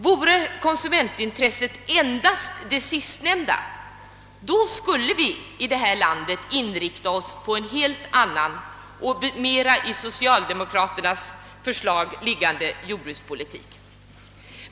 Vore konsumentintresset endast det sistnämnda skulle vi här i landet inrikta oss på en helt annan jordbrukspolitik, som mer skulle ansluta sig till socialdemokraternas förslag.